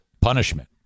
punishment